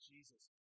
Jesus